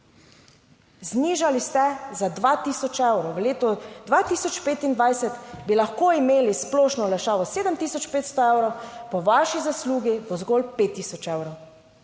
Znižali ste za 2 tisoč evrov. V letu 2025 bi lahko imeli splošno olajšavo 7 tisoč 500 evrov, po vaši zaslugi bo zgolj 5 tisoč evrov.